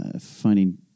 finding